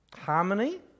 Harmony